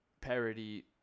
parody